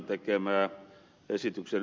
kannatan ed